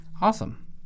awesome